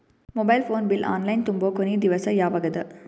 Mobile phone bill online ತುಂಬೊ ಕೊನಿ ದಿವಸ ಯಾವಗದ?